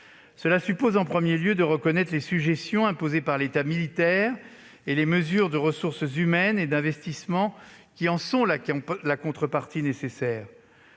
Cela suppose, en premier lieu, de reconnaître les sujétions imposées par l'état militaire et de prendre les mesures de ressources humaines et d'investissement qui en sont la contrepartie nécessaire.